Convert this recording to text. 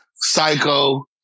Psycho